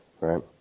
Right